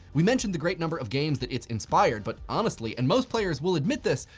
we mentioned the great number of games that it's inspired. but honestly, and most players will admit this,